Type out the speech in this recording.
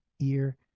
Ear